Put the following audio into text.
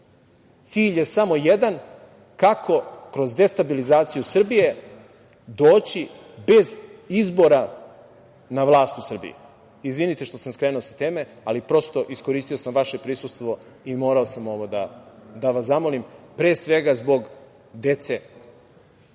Cilj je samo jedan - kako kroz destabilizaciju Srbije doći bez izbora na vlast u Srbiji. Izvinite što sam skrenuo sa teme, ali prosto iskoristio sam vaše prisustvo i morao sam ovo da vas zamolim, pre svega zbog dece. Što